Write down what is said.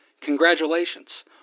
Congratulations